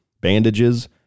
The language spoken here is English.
bandages